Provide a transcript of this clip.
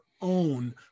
own